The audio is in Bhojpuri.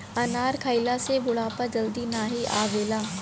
अनार खइला से बुढ़ापा जल्दी नाही आवेला